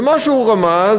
ומה שהוא רמז,